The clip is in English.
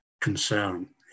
concern